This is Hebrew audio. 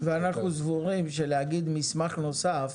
ואנחנו סבורים שלהגיד מסמך נוסף